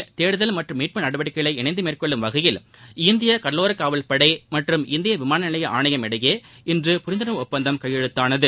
கடலோரப் பகுதிகளில் தேடுதல் மற்றும் மீட்பு நடவடிக்கைகளை இணைந்து மேற்கொள்ளும் வகையில் இந்திய கடலோர காவல் படை மற்றும் இந்திய விமான நிலைய ஆணையம் இடையே இன்று புரிந்துணர்வு ஒப்பந்தம் கையெழுத்தானது